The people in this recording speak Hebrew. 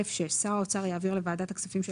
(א6) שר האוצר יעביר לוועדת הכספים של